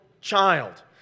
child